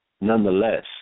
Nonetheless